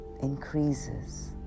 increases